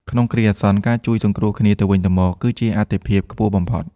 ក្នុងគ្រាអាសន្ន ការជួយសង្គ្រោះគ្នាទៅវិញទៅមកគឺជាអាទិភាពខ្ពស់បំផុត។